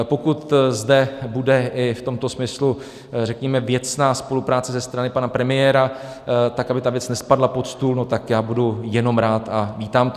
Pokud zde bude i v tomto smyslu věcná spolupráce ze strany pana premiéra tak, aby ta věc nespadla pod stůl, tak já budu jenom rád a vítám to.